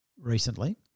recently